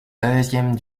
deuxième